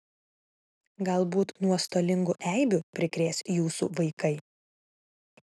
galbūt nuostolingų eibių prikrės jūsų vaikai